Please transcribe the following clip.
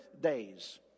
days